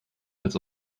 als